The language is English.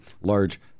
large